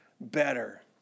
better